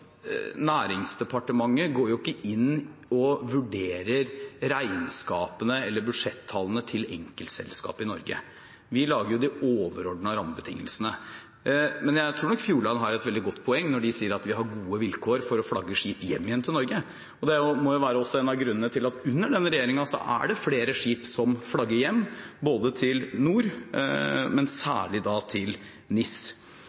vurderer regnskapene eller budsjettallene til enkeltselskap i Norge. Vi lager de overordnede rammebetingelsene. Men jeg tror nok Fjord Line har et veldig godt poeng når de sier at de har gode vilkår for å flagge skip hjem igjen til Norge. Det må også være en av grunnene til at under denne regjeringen er det flere skip som flagger hjem, til NOR, men særlig til NIS.